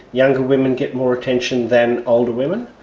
younger women get more attention than older women,